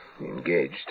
engaged